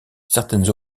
certaines